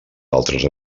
altres